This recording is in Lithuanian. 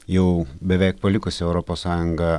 jau beveik palikus europos sąjungą